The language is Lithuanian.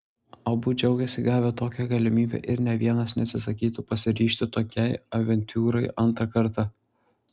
abu džiaugėsi gavę tokią galimybę ir nė vienas neatsisakytų pasiryžti tokiai avantiūrai antrą kartą